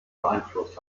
beeinflusst